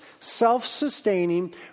self-sustaining